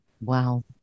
wow